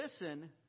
listen